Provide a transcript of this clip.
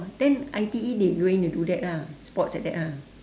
then I_T_E they going do that ah sports like that ah